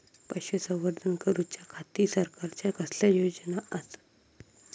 पशुसंवर्धन करूच्या खाती सरकारच्या कसल्या योजना आसत?